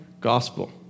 gospel